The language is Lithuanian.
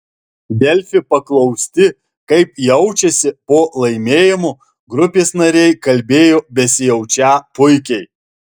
delfi paklausti kaip jaučiasi po laimėjimo grupės nariai kalbėjo besijaučią puikiai